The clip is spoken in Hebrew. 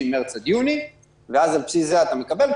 מרץ עד יוני ואז על בסיס זה אתה מקבל,